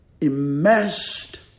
Immersed